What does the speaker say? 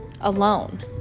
alone